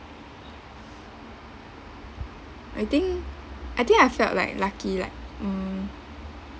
I think I think I felt like lucky like mm